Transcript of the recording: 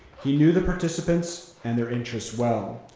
he knew the participants and their interests well.